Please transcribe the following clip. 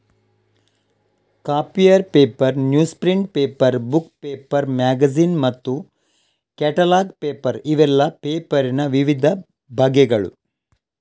copier paper, newsprint paper, book paper, magazine ಮತ್ತು catalogue paper ಇವೆಲ್ಲ ಪೇಪರಿನ ವಿವಿಧ ಬಗೆಗಳು